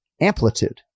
amplitude